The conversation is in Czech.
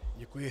Děkuji.